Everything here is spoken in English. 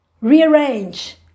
rearrange